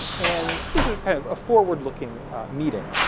and this was kind of a forward-looking meeting,